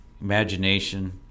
imagination